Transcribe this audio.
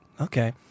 Okay